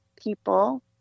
people